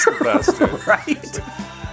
Right